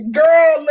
girl